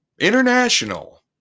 international